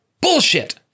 Bullshit